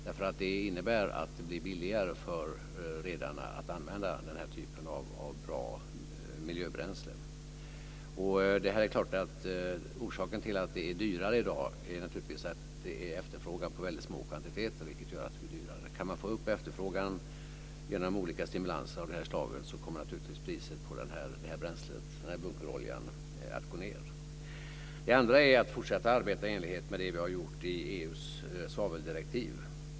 Det innebär att det blir billigare för redarna att använda bra miljöbränslen. Orsaken till att det är dyrare i dag är naturligtvis att mycket små kvantiteter efterfrågas. Om man kan få upp efterfrågan genom olika stimulanser kommer priset på bunkeroljan att gå ned. För det andra kan man fortsätta arbeta i enlighet med vårt arbete för EU:s svaveldirektiv.